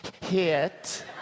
hit